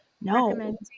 no